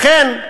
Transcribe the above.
לכן,